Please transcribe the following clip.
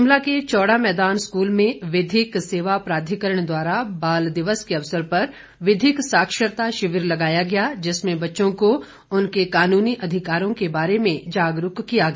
शिमला के चौड़ा मैदान स्कूल में विधिक सेवा प्राधिकरण द्वारा बाल दिवस के अवसर पर विधिक साक्षरता शिविर लगाया गया जिसमें बच्चों को उनके कानूनी अधिकारों के बारे में जागरूक किया गया